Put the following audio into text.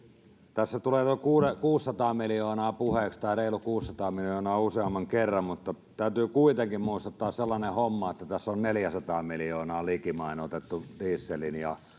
tässä tulee tuo kuusisataa miljoonaa puheeksi tai reilu kuusisataa miljoonaa useamman kerran mutta täytyy kuitenkin muistuttaa sellainen homma että tässä on neljäsataa miljoonaa likimain otettu dieselin ja